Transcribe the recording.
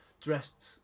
dressed